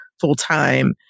full-time